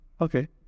Okay